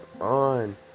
on